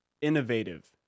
innovative